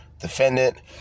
defendant